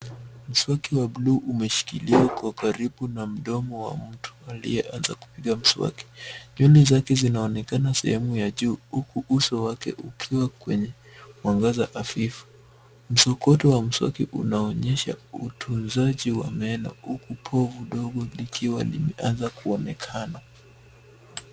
Mswaki wa bluu umeshikiliwa kwa karibu na mdomo wa mtu aliyeanza kupiga mswaki. Nywele zake zinaonekana sehemu ya juu, huku uso wake ukiwa kwenye mwangaza hafifu. Msokoto wa mswaki unaonyesha utunzaji wa meno, huku povu ndogo likiwa nimeanza kuonekana.